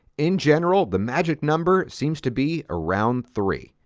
in general, the magic number seems to be around three.